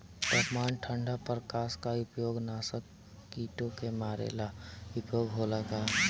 तापमान ठण्ड प्रकास का उपयोग नाशक कीटो के मारे ला उपयोग होला का?